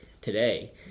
today